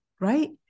right